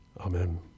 Amen